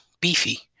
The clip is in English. beefy